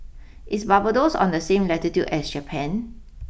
is Barbados on the same latitude as Japan